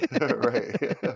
Right